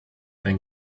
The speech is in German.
ein